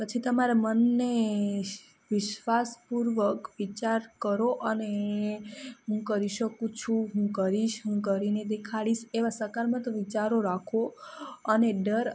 પછી તમારા મનને વિશ્વાસપૂર્વક વિચાર કરો અને હું કરી શકું છું હું કરીશ હું કરીને દેખાડીશ એવા સકારાત્મક વિચારો રાખો અને ડર